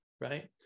right